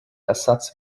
ersatz